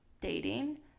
dating